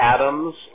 atoms